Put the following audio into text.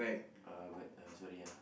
uh but uh sorry ah